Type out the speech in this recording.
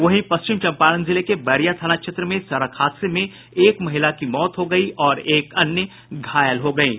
वहीं पश्चिम चंपारण जिले के बैरिया थाना क्षेत्र में सड़क हादसे में एक महिला की मौत हो गयी और एक अन्य घायल हो गयीं